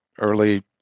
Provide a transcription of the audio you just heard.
Early